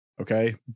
Okay